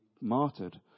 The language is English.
martyred